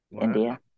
India